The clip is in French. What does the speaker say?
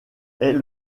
est